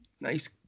Nice